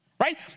right